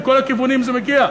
מכל הכיוונים זה מגיע,